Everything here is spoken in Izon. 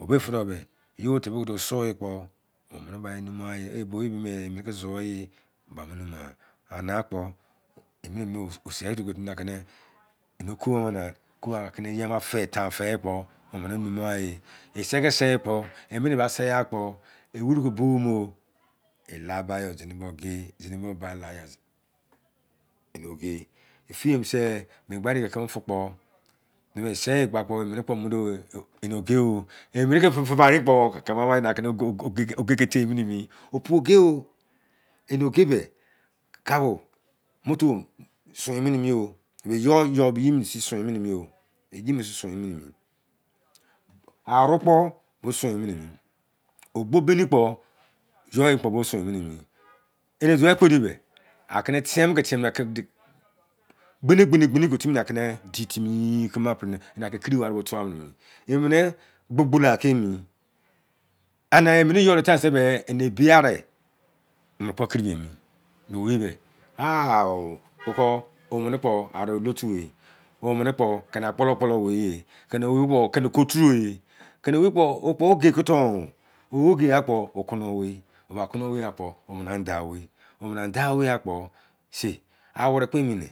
O bei fị dọ yo titi kị duo sụọ yi kpọ omini ba e mumugha. Eh! Bẹ owei bei mi e mịnị kị zụọ yi o ba mọ numugha. Ama kpọ emim ba wo seni kị duo eni oku bo bo ema ki eye ama tan feyikpọ omini mumugha e. E sei ki sei kpọ enini ba seigha kpọ e wuru ki bou mo ela bai ya zini bo oge zini bo la ya eni oge. Efiyee mose me mobai erein ki kimi fi kpo bei me e seiyi gba kpo bo oge o emini ki fi bai erein kpo kimi ama inaki ko oge ki tei yi mini mi opu oge o! Eni ige be mieyi mini se doin mini mi aru kpo bo soin mini mi ogbo beni kpo you yi kpo bo soin mini mi eni duovei ekpedi be akini tie mo ke kini di timi gbene gbene gbene ki timi ne kiri di timi aki kiri wari o tua nimi emini gbogbola ki emi ani emini you de tain se eni ebiare mu kpo kiri na emi be owei be ah koko ari olotu we omini kpo keni akpo lokpolo owei ye keni owei kpo omini oge oweigha kpe se awere kpo emi ne